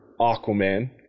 Aquaman